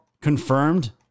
confirmed